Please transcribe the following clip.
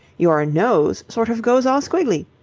your nose sort of goes all squiggly.